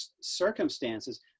circumstances